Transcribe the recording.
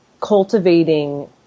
cultivating